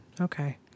Okay